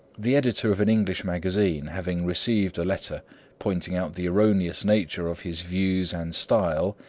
the editor of an english magazine having received a letter pointing out the erroneous nature of his views and style,